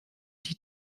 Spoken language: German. die